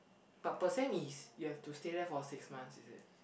but per sem is you have to stay there for six month is it